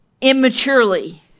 immaturely